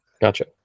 Gotcha